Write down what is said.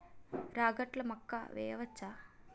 రాగట్ల మక్కా వెయ్యచ్చా?